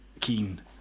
keen